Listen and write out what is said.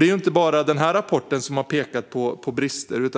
Det är inte bara den här rapporten som har pekat på brister.